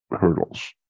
hurdles